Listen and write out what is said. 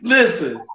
Listen